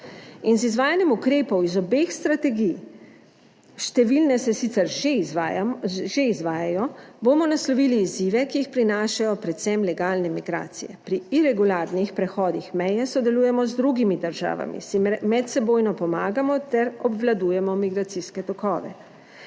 Z izvajanjem ukrepov iz obeh strategij, številne se sicer že izvajajo, bomo naslovili izzive, ki jih prinašajo predvsem legalne migracije. Pri iregularnih prehodih meje. Sodelujemo z drugimi državami, si medsebojno pomagamo ter obvladujemo migracijske tokove.